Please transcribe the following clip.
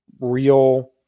real